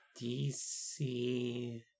DC